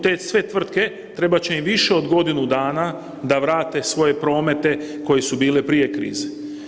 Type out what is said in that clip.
Te sve tvrtke trebat će im više od godinu dana da vrate svoje promete koji su bili prije krize.